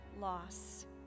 loss